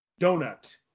donut